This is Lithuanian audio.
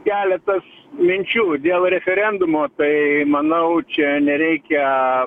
keletas minčių dėl referendumo tai manau čia nereikia